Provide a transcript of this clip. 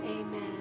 amen